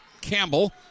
Campbell